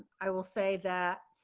i will say that